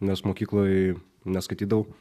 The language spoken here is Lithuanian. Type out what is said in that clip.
nes mokykloj neskaitydavau